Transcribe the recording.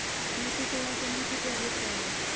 मिट्टी तैयार करने से क्या अभिप्राय है?